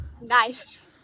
Nice